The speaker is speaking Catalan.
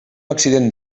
accident